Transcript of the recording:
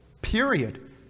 Period